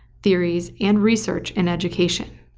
theories and research in education.